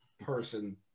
person